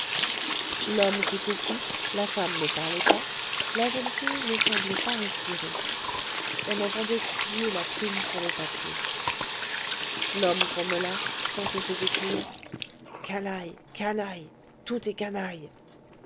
l'homme s'était tu la femme ne parlait pas la jeune fille ne semblait pas respirer on entendait crier la plume sur le papier l'homme grommela sans cesser d'écrire canaille canaille tout est